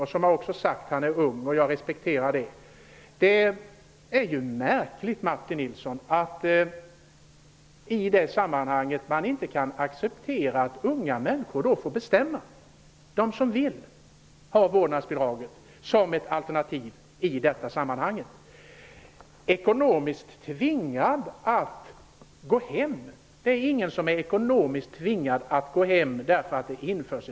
Han har också sagt att han är ung, och det respekterar jag. Men det är märkligt att man i det sammanhanget inte kan acceptera att unga människor får bestämma, att de får säga att de vill ha vårdnadsbidraget som ett alternativ i detta sammanhang. Ekonomiskt tvingad att gå hemma är ingen, därför att ett vårdnadsbidrag införs.